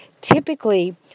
typically